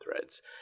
Threads